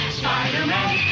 spider-man